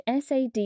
SAD